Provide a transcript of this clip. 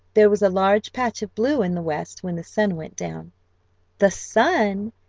there was a large patch of blue in the west when the sun went down the sun!